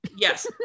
Yes